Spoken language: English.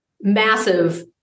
massive